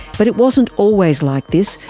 but it wasn't always like this,